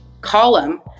column